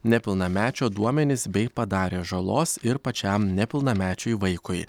nepilnamečio duomenis bei padarė žalos ir pačiam nepilnamečiui vaikui